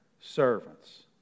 servants